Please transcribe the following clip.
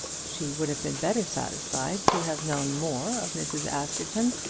she would have been better satisfied to have known more of mrs. askerton,